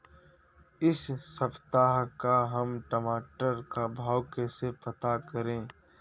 इस सप्ताह का हम टमाटर का भाव कैसे पता करें?